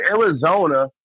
Arizona